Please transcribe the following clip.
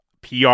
PR